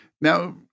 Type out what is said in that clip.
Now